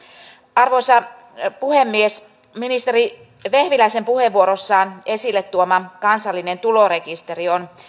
arvoisa puhemies ministeri vehviläisen puheenvuorossaan esille tuoma kansallinen tulorekisteri on